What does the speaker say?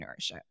entrepreneurship